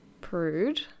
prude